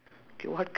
really ah